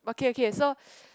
okay okay so